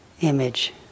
image